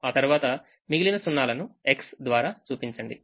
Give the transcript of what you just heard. ఆ తర్వాతమిగిలిన 0లను X ద్వారా చూపించండి